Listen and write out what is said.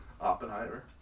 Oppenheimer